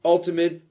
Ultimate